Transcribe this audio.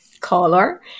color